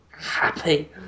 happy